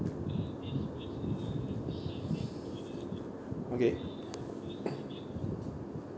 okay